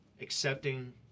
accepting